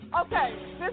Okay